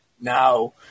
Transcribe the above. now